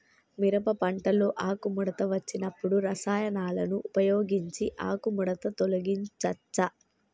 మిరప పంటలో ఆకుముడత వచ్చినప్పుడు రసాయనాలను ఉపయోగించి ఆకుముడత తొలగించచ్చా?